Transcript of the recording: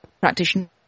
practitioner